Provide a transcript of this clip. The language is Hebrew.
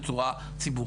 לא ניתנים בצורה ציבורית,